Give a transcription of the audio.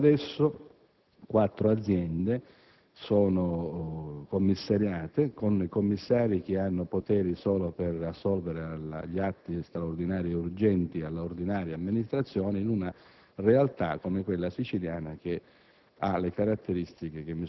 Quindi, ancora adesso, quattro aziende sono commissariate con commissari che hanno poteri solo per assolvere agli atti indifferibili e urgenti e alla ordinaria amministrazione in una realtà, come quella siciliana, che ha